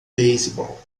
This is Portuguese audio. beisebol